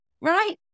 right